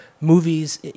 movies